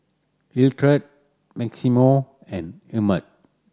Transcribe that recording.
Hilliard Maximo and Emett